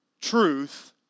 truth